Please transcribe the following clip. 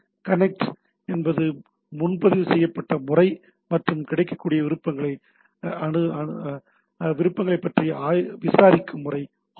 connect என்பது முன்பதிவு செய்யப்பட்ட முறை மற்றும் கிடைக்கக்கூடிய விருப்பங்களைப் பற்றி விசாரிக்கும் ஆப்ஷன்